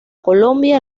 colombia